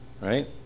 Right